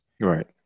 Right